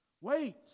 Wait